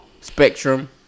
spectrum